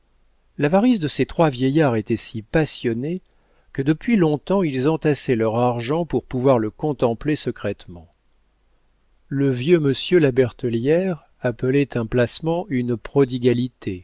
l'avarice de ces trois vieillards était si passionnée que depuis longtemps ils entassaient leur argent pour pouvoir le contempler secrètement le vieux monsieur la bertellière appelait un placement une